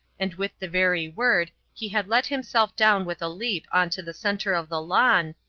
and with the very word he had let himself down with a leap on to the centre of the lawn,